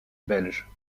belge